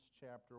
chapter